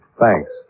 Thanks